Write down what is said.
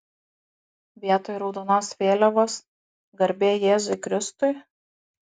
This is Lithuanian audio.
vietoj raudonos vėliavos garbė jėzui kristui